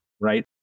right